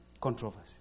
controversy